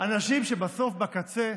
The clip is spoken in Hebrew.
אלה אנשים שבסוף, בקצה,